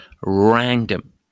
random